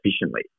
efficiently